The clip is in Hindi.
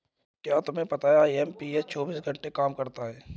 क्या तुम्हें पता है आई.एम.पी.एस चौबीस घंटे काम करता है